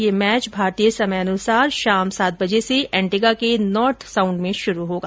यह मैच आज भारतीय समयानुसार शाम सात बजे से एंटीगा के नॉर्थ साउंड में शुरू होगा